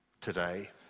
today